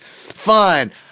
fine